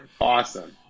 Awesome